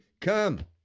come